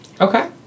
Okay